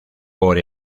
por